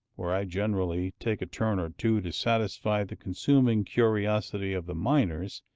where i generally take turn or two to satisfy the consuming curiosity of the miners,